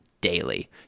daily